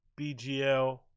BGL